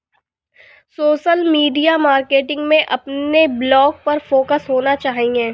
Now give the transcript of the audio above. social media marketing में अपने blog पर फोकस होना चाहिए